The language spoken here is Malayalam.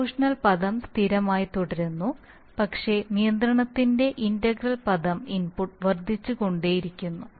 പ്രൊപോഷണൽ പദം സ്ഥിരമായി തുടരുന്നു പക്ഷേ നിയന്ത്രണത്തിന്റെ ഇന്റഗ്രൽ പദം ഇൻപുട്ട് വർദ്ധിച്ചുകൊണ്ടിരിക്കുന്നു